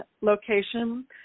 location